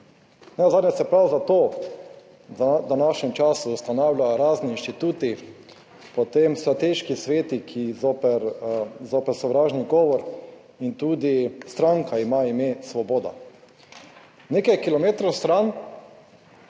Nenazadnje se prav zato v današnjem času ustanavljajo razni inštituti, potem strateški sveti, ki zoper sovražni govor in tudi stranka ima ime Svoboda. Nekaj kilometrov stran,